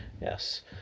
Yes